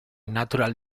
natural